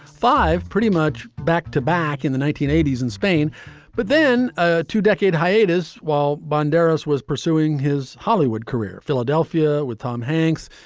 five pretty much back to back in the nineteen eighty s in spain but then ah two decade hiatus, while banderas was pursuing his hollywood career. philadelphia with tom hanks,